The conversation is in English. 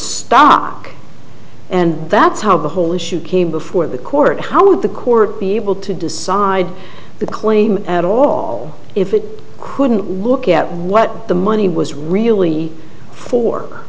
stock and that's how the whole issue came before the court how would the court be able to decide the claim at all if it couldn't look at what the money was really for